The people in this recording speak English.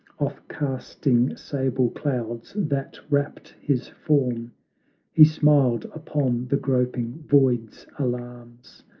offcasting sable clouds that wrapped his form he smiled upon the groping void's alarms,